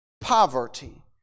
poverty